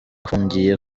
afungiye